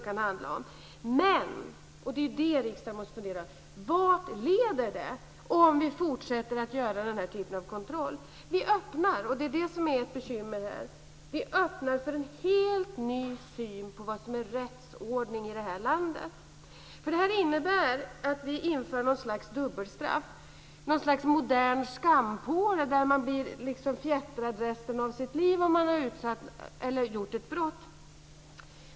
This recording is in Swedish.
Men vart leder det - det är det riksdagen måste fundera över - om vi fortsätter att göra denna typ av kontroll? Vi öppnar - det är det som är ett bekymmer här - för en helt ny syn på vad som är rättsordning i detta land. Det innebär att vi inför något slags dubbelstraff och något slags modern skampåle där man blir fjättrad resten av sitt liv om man har begått ett brott.